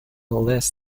les